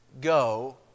go